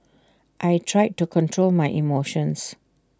I tried to control my emotions